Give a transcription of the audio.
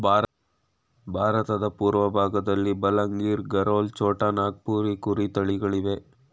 ಭಾರತದ ಪೂರ್ವಭಾಗದಲ್ಲಿ ಬಲಂಗಿರ್, ಗರೋಲ್, ಛೋಟಾ ನಾಗಪುರಿ ಕುರಿ ತಳಿಗಳಿವೆ